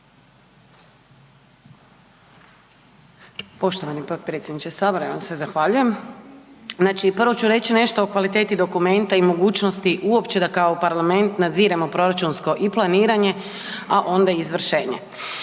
Poštovani potpredsjedniče sabora ja vam se zahvaljujem. Znači prvo ću reći nešto o kvaliteti dokumenta i mogućnosti uopće da kao parlament nadziremo proračunsko i planiranje, a onda i izvršenje.